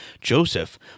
Joseph